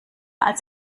als